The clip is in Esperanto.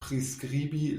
priskribi